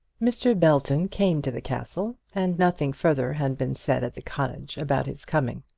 mr. belton came to the castle, and nothing further had been said at the cottage about his coming.